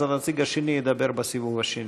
אז הנציג השני ידבר בסיבוב השני.